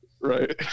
Right